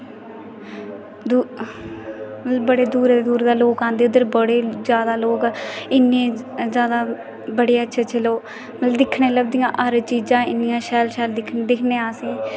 दू मतलब बड़े दूरै दूरै दे लोक आंदे उद्धर बड़े ज्यादा लोक इन्ने ज्यादा बड़े अच्छे अच्छे लोक मतलब दिक्खने गी लभदियां हर चीजां इन्नियां शैल शैल दिक्खने आं असें